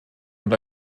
und